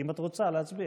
תודה למזכיר